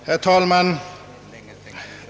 Herr talman!